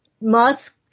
Musk